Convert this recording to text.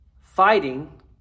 fighting